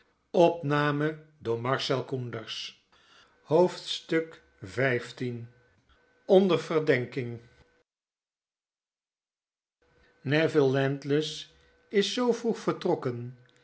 onder verdenking neville landless is zoo vr'oeg vertrokken